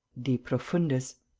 de profundis,